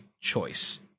choice